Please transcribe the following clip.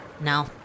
No